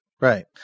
Right